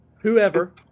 whoever